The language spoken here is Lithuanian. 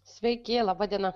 sveiki laba diena